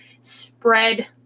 spread